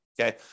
okay